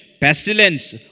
pestilence